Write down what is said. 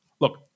Look